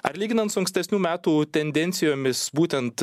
ar lyginant su ankstesnių metų tendencijomis būtent